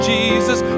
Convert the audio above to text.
Jesus